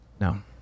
No